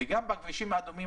וגם בכבישים האדומים,